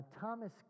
Thomas